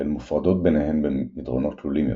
והן מופרדות ביניהן במדרונות תלולים יותר.